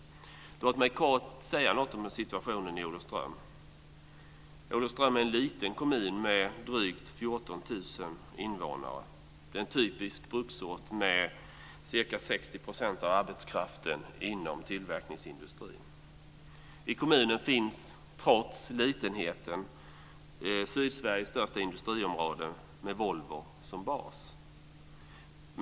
Låt mig kort säga något om situationen i Olofström är en liten kommun med drygt 14 000 invånare. Det är en typisk bruksort med cirka 60 procent av arbetskraften inom tillverkningsindustrin. I kommunen finns trots litenheten Sydsveriges största industriområde med Volvo som bas.